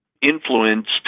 influenced